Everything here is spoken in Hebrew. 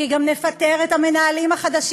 כי נפטר גם את המנהלים החדשים,